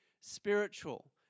spiritual